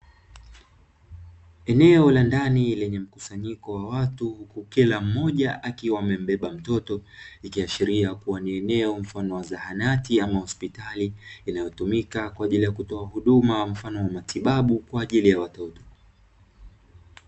Eneo la ndani lenye mkusanyiko wa watu, kila mmoja akiwa amembeba mtoto, ikiashiria kuwa ni eneo mfano wa zahanati au hospitali, inayotumika kutoa huduma mfano wa matibabu kwa ajili ya watoto.